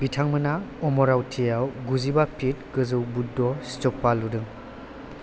बिथांमोना अमरावतियाव गुजिबा फिट गोजौ बुद्ध स्तुपा लुदों